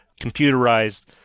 computerized